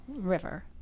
River